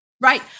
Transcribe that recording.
Right